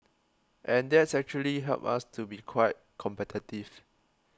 and that's actually helped us to be quite competitive